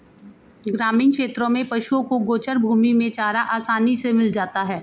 ग्रामीण क्षेत्रों में पशुओं को गोचर भूमि में चारा आसानी से मिल जाता है